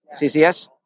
CCS